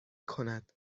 کند